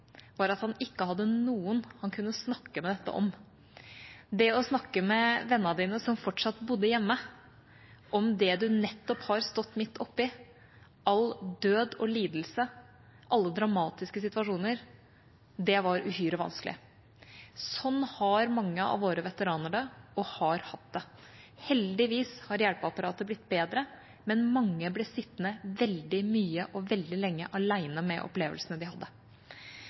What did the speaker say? var at han ikke hadde noen han kunne snakke med dette om. Det å snakke med vennene sine, som fortsatt bodde hjemme, om det man nettopp hadde stått midt oppe i, all død og lidelse, alle dramatiske situasjoner, var uhyre vanskelig. Sånn har mange av våre veteraner det – og har hatt det. Heldigvis har hjelpeapparatet blitt bedre, men mange ble sittende veldig mye og veldig lenge alene med opplevelsene de hadde.